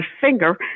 finger